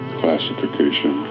classification